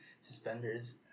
suspenders